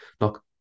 look